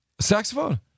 Saxophone